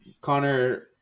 Connor